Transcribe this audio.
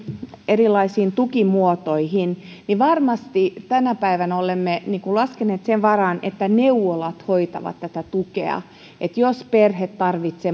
erilaisiin tukimuotoihin niin varmasti tänä päivänä olemme laskeneet sen varaan että neuvolat hoitavat tätä tukea että jos perhe tarvitsee